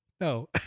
No